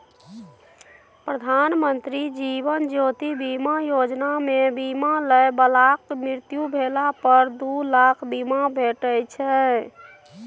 प्रधानमंत्री जीबन ज्योति बीमा योजना मे बीमा लय बलाक मृत्यु भेला पर दु लाखक बीमा भेटै छै